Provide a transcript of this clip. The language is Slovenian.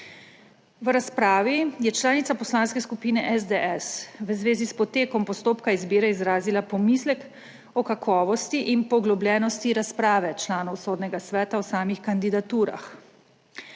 V razpravi je članica Poslanske skupine SDS v zvezi s potekom postopka izbire izrazila pomislek o kakovosti in poglobljenosti razprave članov Sodnega sveta o samih kandidaturah.